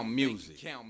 music